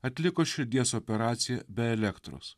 atliko širdies operaciją be elektros